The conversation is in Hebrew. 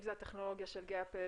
אם זה הטכנולוגיה של "גאפל"?